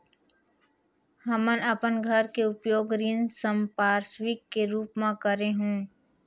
हमन अपन घर के उपयोग ऋण संपार्श्विक के रूप म करे हों